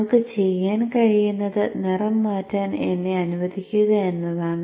നമുക്ക് ചെയ്യാൻ കഴിയുന്നത് നിറം മാറ്റാൻ എന്നെ അനുവദിക്കുക എന്നതാണ്